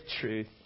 truth